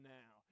now